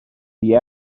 the